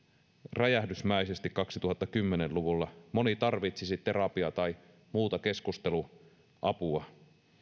räjähdysmäisesti kaksituhattakymmenen luvulla moni tarvitsisi terapiaa tai muuta keskusteluapua